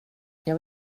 jag